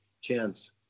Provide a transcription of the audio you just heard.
chance